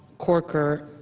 corker,